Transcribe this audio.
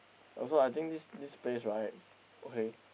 also I think this this place right okay